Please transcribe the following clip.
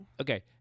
Okay